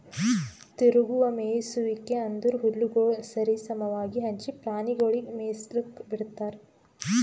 ತಿರುಗುವ ಮೇಯಿಸುವಿಕೆ ಅಂದುರ್ ಹುಲ್ಲುಗೊಳ್ ಸರಿ ಸಮವಾಗಿ ಹಂಚಿ ಪ್ರಾಣಿಗೊಳಿಗ್ ಮೇಯಿಸ್ಲುಕ್ ಬಿಡ್ತಾರ್